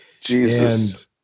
Jesus